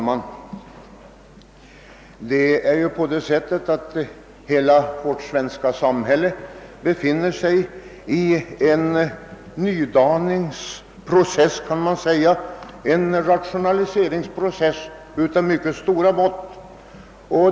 Herr talman! Hela vårt svenska samhälle befinner sig ju i en nydaningsprocess, en rationaliseringsprocess av mycket stora mått.